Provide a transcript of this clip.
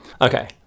Okay